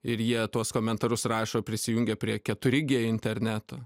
ir jie tuos komentarus rašo prisijungę prie keturi g interneto